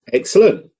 Excellent